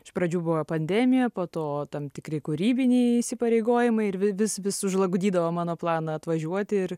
iš pradžių buvo pandemija po to tam tikri kūrybiniai įsipareigojimai ir vi vis vis sužlugdydavo mano planą atvažiuoti ir